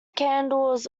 candles